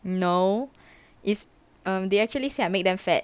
no it's um they actually say I make them fat